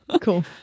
Cool